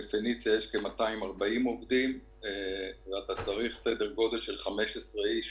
ב"פניציה" יש כ-240 עובדים ואתה צריך סדר-גודל של 15 איש